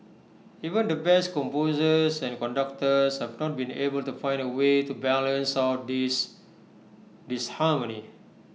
even the best composers and conductors have not been able to find A way to balance out this disharmony